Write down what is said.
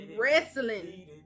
wrestling